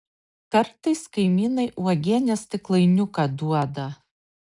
kartais kaimynai uogienės stiklainiuką duoda